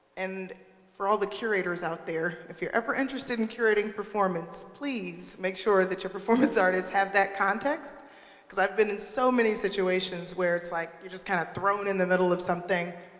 and for all the curators out there, if you're ever interested in curating performance, please make sure that your performance artists have that context because i've been in so many situations where it's like you're just kinda thrown in the middle of something.